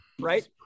right